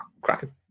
cracking